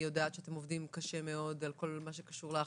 יודעת גם שאתם עובדים קשה מאוד על כל מה שקשור להכשרות.